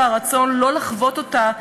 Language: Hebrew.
והרצון שלא לחוות אותה בשנית,